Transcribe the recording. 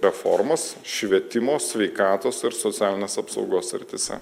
reformas švietimo sveikatos ir socialinės apsaugos srityse